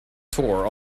tour